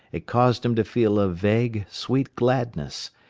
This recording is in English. it caused him to feel a vague, sweet gladness,